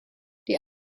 die